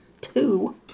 Two